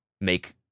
make